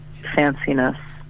fanciness